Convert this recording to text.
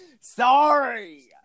Sorry